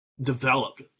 developed